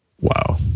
Wow